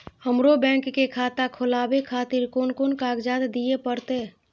हमरो बैंक के खाता खोलाबे खातिर कोन कोन कागजात दीये परतें?